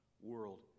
world